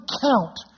count